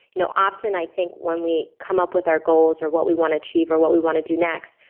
you know often i think when we come up with our goals or what we wanna achieve or what we wanna do next,